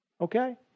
Okay